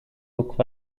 looked